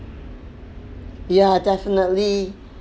yeah definitely